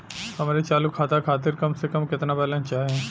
हमरे चालू खाता खातिर कम से कम केतना बैलैंस चाही?